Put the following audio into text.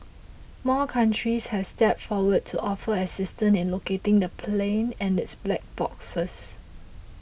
more countries have stepped forward to offer assistance in locating the plane and its black boxes